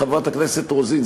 חברת הכנסת רוזין,